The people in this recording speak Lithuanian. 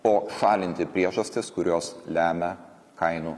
o šalinti priežastis kurios lemia kainų